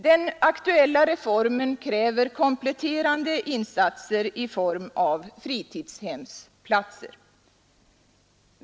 Den aktuella reformen kräver kompletterande insatser i form av fritidshemsplatser.